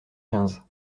quinze